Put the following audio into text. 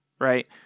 right